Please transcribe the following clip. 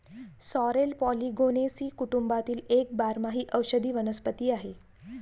sorrel Polygonaceae कुटुंबातील एक बारमाही औषधी वनस्पती आहे